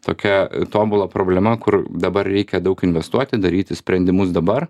tokia tobula problema kur dabar reikia daug investuoti daryti sprendimus dabar